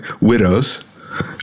widows